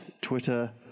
Twitter